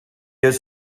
has